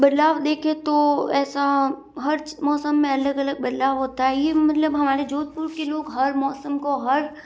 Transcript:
बदलाव देखें तो ऐसा हर मौसम में अलग अलग बदलाव होता हैं यह मतलब हमारे जोधपुर के लोग हर मौसम को हर